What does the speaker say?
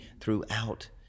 throughout